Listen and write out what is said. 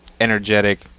energetic